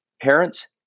parents